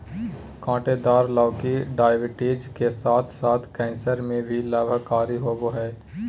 काँटेदार लौकी डायबिटीज के साथ साथ कैंसर में भी लाभकारी होबा हइ